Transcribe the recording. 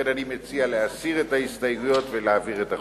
לכן אני מציע להסיר את ההסתייגויות ולהעביר את החוק.